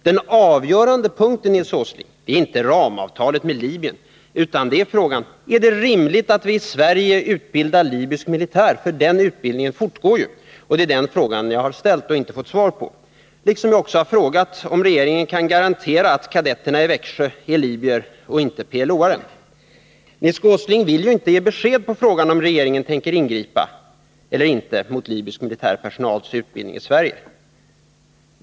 Den avgörande punkten, Nils Åsling, är inte ramavtalet med Libyen, utan det är frågan: Är det rimligt att vi i Sverige utbildar libysk militär? Den utbildningen fortgår ju. Det är den frågan jag har ställt men inte fått något svar på. Jag har också frågat om regeringen kan garantera att kadetterna i Växjö är libyer och inte PLO:are. Nils G. Åsling vill inte ge besked när det gäller frågan om regeringen tänker ingripa eller inte mot att libysk militär personal får utbildning i Sverige.